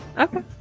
Okay